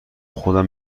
خودم